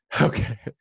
Okay